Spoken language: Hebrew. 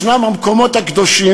ישנו המרכז הארצי